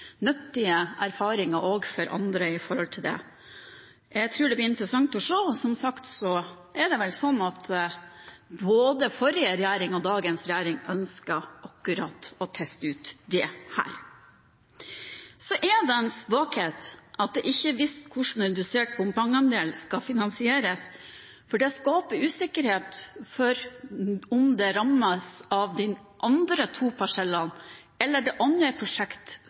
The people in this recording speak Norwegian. nyttige erfaringer også når det gjelder andre prosjekter. Jeg tror det blir interessant å se. Som sagt er det vel sånn at både forrige regjering og dagens regjering ønsket å teste ut dette akkurat her. Så er det en svakhet at det ikke er vist hvordan redusert bompengeandel skal finansieres. Det skaper usikkerhet om de andre to parsellene rammes, eller om det